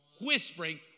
whispering